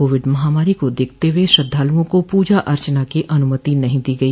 Covid महामारी को देखते हुए श्रद्वालुओं को पूजा अर्चना की अनुमति नहीं दी गई